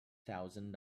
thousand